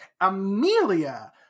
Amelia